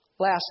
Last